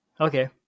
Okay